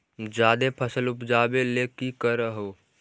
जादे फसल उपजाबे ले की कर हो?